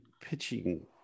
pitching